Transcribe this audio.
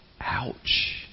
Ouch